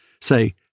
Say